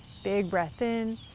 big breath in,